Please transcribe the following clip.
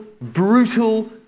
brutal